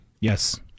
Yes